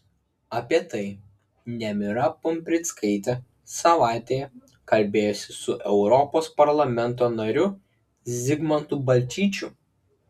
apie tai nemira pumprickaitė savaitėje kalbėjosi su europos parlamento nariu zigmantu balčyčiu